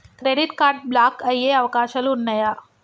Credit card block అయ్యే అవకాశాలు ఉన్నయా?